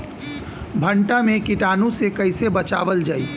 भनटा मे कीटाणु से कईसे बचावल जाई?